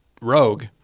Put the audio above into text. rogue